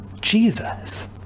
Jesus